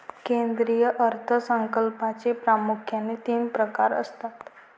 केंद्रीय अर्थ संकल्पाचे प्रामुख्याने तीन प्रकार असतात